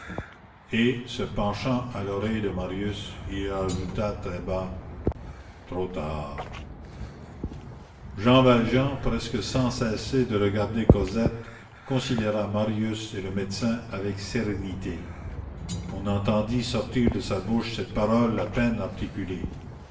et se penchant à l'oreille de marius il ajouta très bas trop tard jean valjean presque sans cesser de regarder cosette considéra marius et le médecin avec sérénité on entendit sortir de sa bouche cette parole à peine articulée